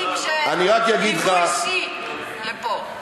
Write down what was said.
טרוריסטים שבייבוא אישי הגיעו לפה,